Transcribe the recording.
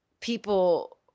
people